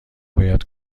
باید